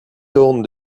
tourne